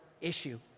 issue